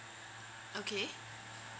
okay